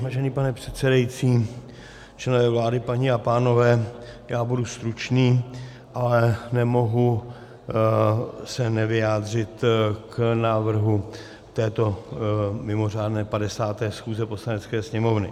Vážený pane předsedající, členové vlády, paní a pánové, já budu stručný, ale nemohu se nevyjádřit k návrhu této mimořádné 50. schůze Poslanecké sněmovny.